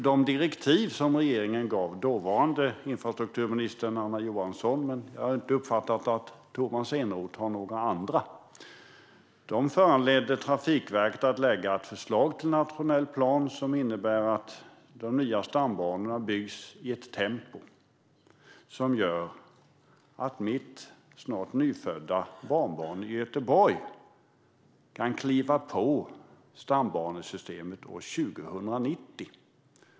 De direktiv som regeringen gav genom dåvarande infrastrukturministern Anna Johansson - jag har inte uppfattat att Tomas Eneroth har några andra - föranledde Trafikverket att lägga fram ett förslag till nationell plan som innebär att de nya stambanorna byggs i ett tempo som gör att mitt snart nyfödda barnbarn i Göteborg kan kliva på ett tåg på det nya stambanesystemet år 2090.